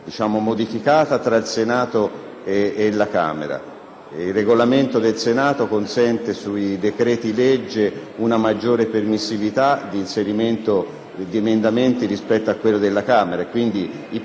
La seconda considerazione che vorrei fare è che, in prima istanza, ritengo che il giudizio sull'ammissibilità dell'emendamento debba essere espresso, a livello di Commissione, dal Presidente della stessa.